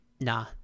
nah